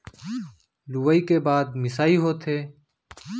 लुवई के बाद मिंसाई होथे